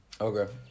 Okay